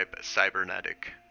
cybernetic